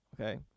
Okay